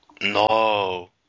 No